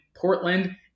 Portland